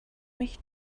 mich